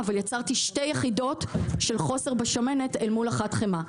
אבל יצרתי שתי יחידות של חוסר בשמנת אל מול אחת חמאה.